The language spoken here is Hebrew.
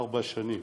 ארבע שנים.